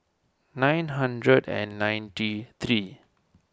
nine hundred and ninety three